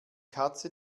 katze